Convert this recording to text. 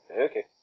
Okay